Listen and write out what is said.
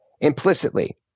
Implicitly